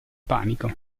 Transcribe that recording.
panico